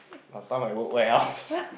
must done by walkway